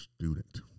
student